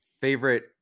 favorite